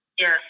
Yes